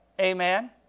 Amen